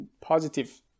positive